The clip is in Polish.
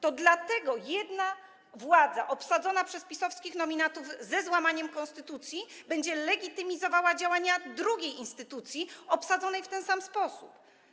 To dlatego jedna władza, obsadzona przez PiS-owskich nominatów ze złamaniem konstytucji, będzie legitymizowała działania drugiej instytucji obsadzonej w ten sam sposób.